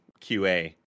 QA